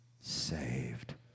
saved